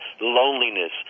loneliness